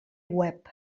web